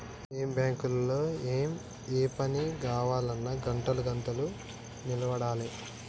ఏం బాంకులో ఏమో, ఏ పని గావాల్నన్నా గంటలు గంటలు నిలవడాలె